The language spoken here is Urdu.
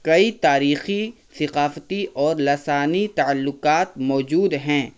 کئی تاریخی ثقافتی اور لسانی تعلکات موجود ہیں